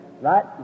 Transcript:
right